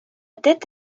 tête